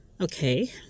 Okay